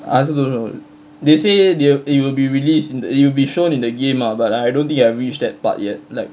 I also don't know they say they will it will be released in you will be shown in the game lah but I don't think I reached that part yet